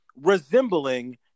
resembling